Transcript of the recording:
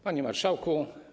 Panie Marszałku!